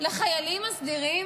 לחיילים הסדירים,